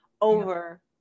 over